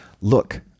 look